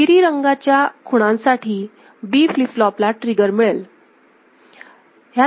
तपकिरी रंगाच्या खुणांसाठी B फ्लिप फ्लॉप ला ट्रिगर मिळेल